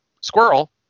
squirrel